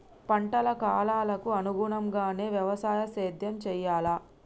పంటల కాలాలకు అనుగుణంగానే వ్యవసాయ సేద్యం చెయ్యాలా?